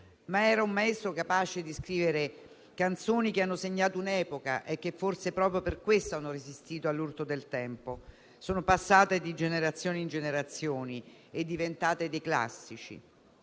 Ma era un maestro capace anche di scrivere canzoni che hanno segnato un'epoca e che forse proprio per questo hanno resistito all'urto del tempo; sono passate di generazione in generazione e diventate dei classici.